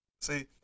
See